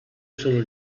sono